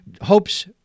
hopes